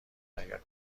اگر